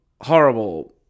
horrible